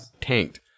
tanked